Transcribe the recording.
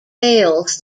fails